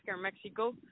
Mexico